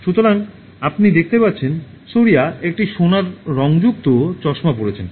সুতরাং আপনি দেখতে পাচ্ছেন সুরিয়া একটি সোনার রঙযুক্ত চশমা পরেছেন